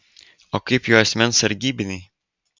o kaip jo asmens sargybiniai